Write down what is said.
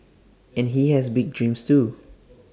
and he has big dreams too